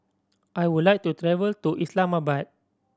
I would like to travel to Islamabad